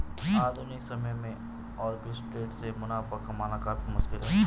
आधुनिक समय में आर्बिट्रेट से मुनाफा कमाना काफी मुश्किल है